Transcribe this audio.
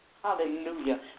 Hallelujah